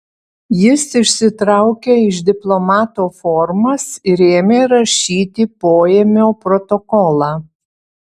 jis išsitraukė iš diplomato formas ir ėmė rašyti poėmio protokolą